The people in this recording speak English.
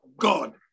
God